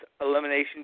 Elimination